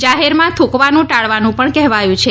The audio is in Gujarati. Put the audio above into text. જાહેરમાં થૂંકવાનું ટાળવાનું પણ કહેવાયું છે